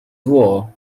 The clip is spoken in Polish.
zło